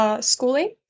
schooling